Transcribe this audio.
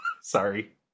Sorry